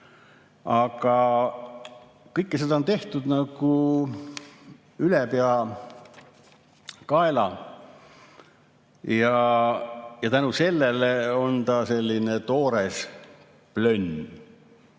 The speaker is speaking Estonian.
Aga kõike seda on tehtud nagu ülepeakaela ja selle tõttu on see selline toores plönn.